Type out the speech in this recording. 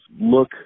look